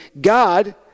God